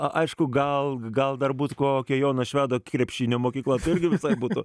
aišku gal gal dar būt kokia jono švedo krepšinio mokykla tai irgi visai būtų